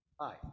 Hi